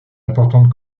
importante